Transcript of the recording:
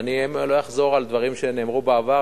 ואני לא אחזור על דברים שנאמרו בעבר,